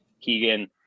Keegan